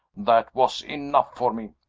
that was enough for me.